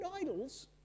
idols